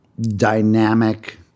dynamic